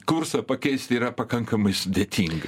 kurso pakeisti yra pakankamai sudėtinga